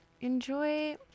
enjoy